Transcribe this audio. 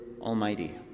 Almighty